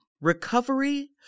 recovery